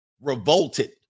revolted